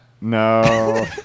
No